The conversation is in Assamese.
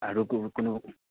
আৰু কো কোনো